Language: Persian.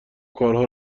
کارها